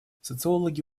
социологи